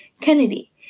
Kennedy